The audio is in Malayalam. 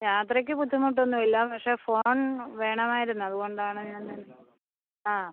യാത്രയ്ക്ക് ബുദ്ധിമുട്ടൊന്നും ഇല്ല പക്ഷേ ഫോൺ വേണമായിരുന്നു അതുകൊണ്ടാണ് ഞാൻ അത് ആ